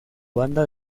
banda